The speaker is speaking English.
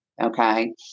okay